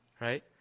Right